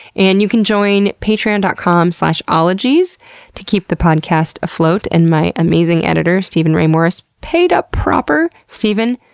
and you can join patreon dot com slash ologies to keep the podcast afloat, and my amazing editor steven ray morris paid up proper. steven,